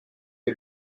que